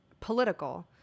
political